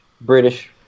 british